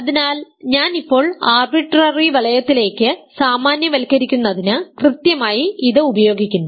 അതിനാൽ ഞാൻ ഇപ്പോൾ ആർബിട്രറി വലയത്തിലേക്ക് സാമാന്യവൽക്കരിക്കുന്നത് കൃത്യമായി ഇത് ഉപയോഗിക്കുന്നു